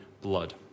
blood